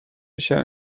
się